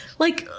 like,